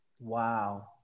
wow